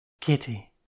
KITTY